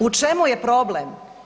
U čemu je problem?